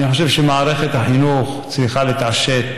אני חושב שמערכת החינוך צריכה להתעשת